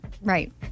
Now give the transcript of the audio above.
Right